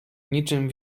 niczym